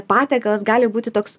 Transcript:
patiekalas gali būti toks